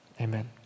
amen